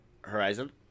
Horizon